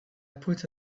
put